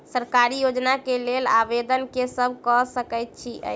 सरकारी योजना केँ लेल आवेदन केँ सब कऽ सकैत अछि?